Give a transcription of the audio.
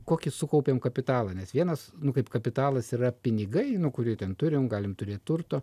kokį sukaupėm kapitalą nes vienas nu kaip kapitalas yra pinigai nu kurių ten turim galim turėt turto